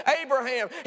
Abraham